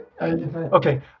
okay